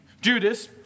Judas